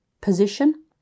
position